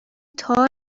تار